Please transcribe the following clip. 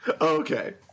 Okay